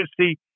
see